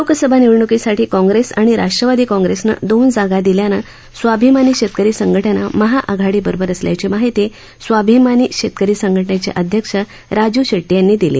लोकसभा निवडणुकीसाठी काँप्रेस आणि राष्ट्रवादी काँप्रेसनं दोन जागा दिल्यानं स्वाभिमानी शेतकरी संघ जा महाआघाडीबरोबर असल्याची माहिती स्वाभिमानी शेतकरी संघ िचे अध्यक्ष राजू शेट्टी यांनी दिली